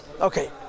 okay